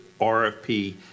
RFP